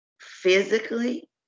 physically